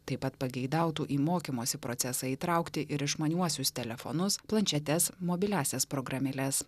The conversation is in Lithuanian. taip pat pageidautų į mokymosi procesą įtraukti ir išmaniuosius telefonus planšetes mobiliąsias programėles